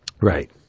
Right